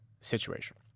situation